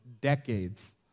decades